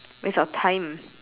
waste of time